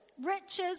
riches